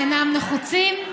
אינם נחוצים,